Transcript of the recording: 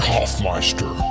Hoffmeister